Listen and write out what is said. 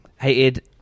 Hated